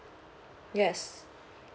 yes